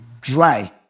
dry